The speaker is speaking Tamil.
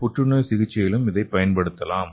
புற்றுநோய் சிகிச்சையிலும் இதைப் பயன்படுத்தலாம்